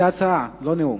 זו הצעה, זה לא נאום.